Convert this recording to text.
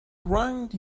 wronged